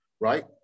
right